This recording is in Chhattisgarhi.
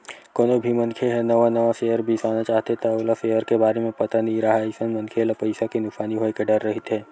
कोनो भी मनखे ह नवा नवा सेयर बिसाना चाहथे त ओला सेयर के बारे म पता नइ राहय अइसन मनखे ल पइसा के नुकसानी होय के डर रहिथे